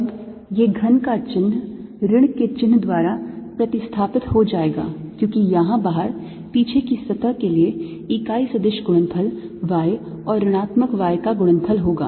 अब यह घन का चिह्न ऋण के चिह्न द्वारा प्रतिस्थापित हो जाएगा क्योंकि यहां बाहर पीछे की सतह के लिए इकाई सदिश गुणनफल y और ऋणात्मक y का गुणनफल होगा